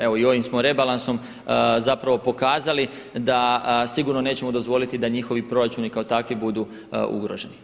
Evo i ovim smo rebalansom pokazali da sigurno nećemo dozvoliti da njihovi proračuni kao takvi budu ugroženi.